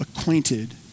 acquainted